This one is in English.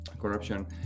corruption